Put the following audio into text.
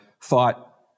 thought